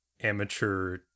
amateur